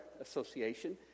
association